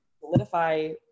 solidify